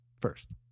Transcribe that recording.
first